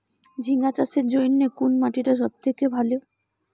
ঝিঙ্গা চাষের জইন্যে কুন মাটি টা সব থাকি ভালো?